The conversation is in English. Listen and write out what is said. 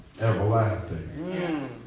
everlasting